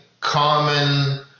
common